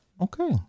Okay